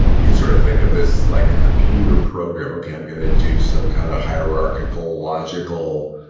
you could sort of think of this like a computer program, okay, i'm gonna do some kind of hierarchical, logical,